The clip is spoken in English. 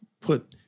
put